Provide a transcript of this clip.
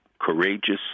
courageous